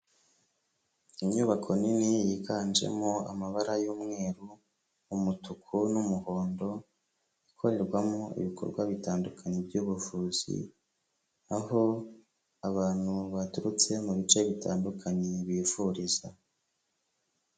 Inyubako nini yiganjemo amabara y'umweru, umutuku, n'umuhondo, ikorerwamo ibikorwa bitandukanye by'ubuvuzi, aho abantu baturutse mu bice bitandukanye bivuriza.